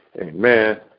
amen